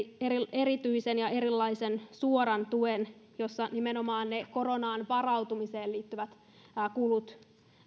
erityisen ja erilaisen suoran tuen jossa nimenomaan ne koronaan varautumiseen liittyvät kulut